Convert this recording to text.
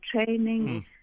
training